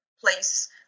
place